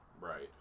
Right